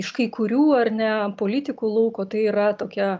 iš kai kurių ar ne politikų lauko tai yra tokia